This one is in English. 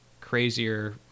crazier